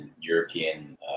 European